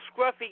scruffy